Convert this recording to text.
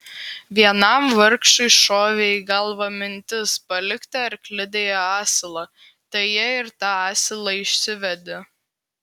vienam vargšui šovė į galvą mintis palikti arklidėje asilą tai jie ir tą asilą išsivedė